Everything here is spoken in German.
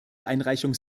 einreichung